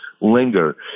linger